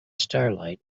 starlight